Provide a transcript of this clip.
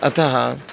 अतः